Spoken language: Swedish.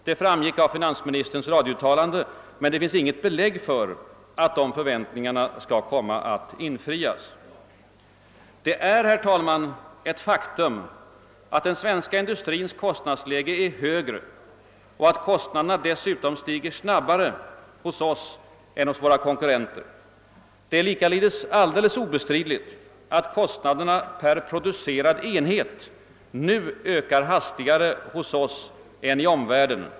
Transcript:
Det framgick av finansministerns radiouttalande. Men det finns inget belägg för att de förväntningarna skall komma att infrias. Det är, herr talman, ett faktum att den svenska industrins kostnadsläge är högre och att kostnaderna dessutom stiger snabbare hos oss än hos våra konkurrenter. Det är likaledes obestridligt att kostnaderna per producerad enhet nu ökar hastigare hos oss än i omvärlden.